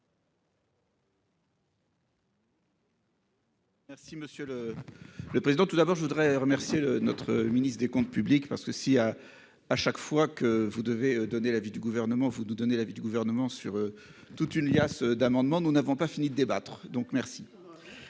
Merci monsieur le. Le président tout d'abord je voudrais remercier le notre ministre des Comptes publics parce que si à, à chaque fois que vous devez donner l'avis du gouvernement. Faut tout donner l'avis du gouvernement sur toute une liasse d'amendements, nous n'avons pas fini de débattre donc merci.